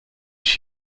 ich